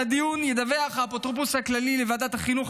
על הדיון ידווח האפוטרופוס הכללי לוועדת החינוך,